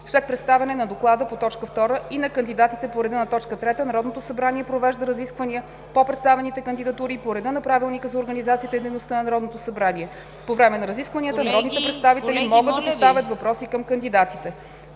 След представяне на доклада по т. 2 и на кандидатите по реда на т. 3 Народното събрание провежда разисквания по представените кандидатури по реда на Правилника за организацията и дейността на Народното събрание. По време на разискванията народните представители могат да поставят въпроси към кандидатите.